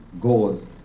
goals